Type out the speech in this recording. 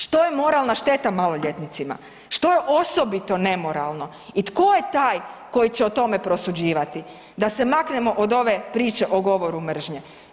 Što je moralna šteta maloljetnicima, što je osobito nemoralno i tko je taj koji će o tome prosuđivati, da se maknemo od ove priče o govoru mržnje.